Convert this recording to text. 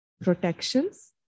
protections